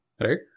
right